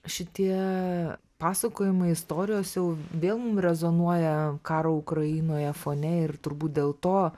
šitie pasakojimai istorijos jau vėl mum rezonuoja karo ukrainoje fone ir turbūt dėl to